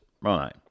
Right